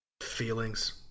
feelings